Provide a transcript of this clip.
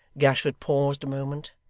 gashford paused a moment,